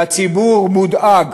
והציבור מודאג,